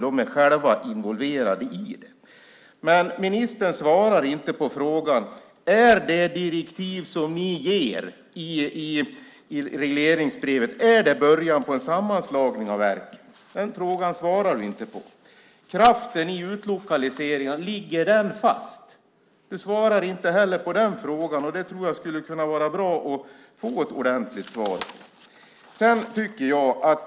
Den är själv involverad i det. Ministern svarar inte på frågan. Är de direktiv som ni ger i regleringsbrev en början på sammanslagning av verken? Den frågan svarar du inte på. Ligger kraften i utlokaliseringar fast? Du svarar inte heller på den frågan. Det skulle vara bra att få ett ordentligt svar.